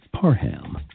Parham